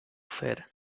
feren